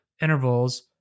intervals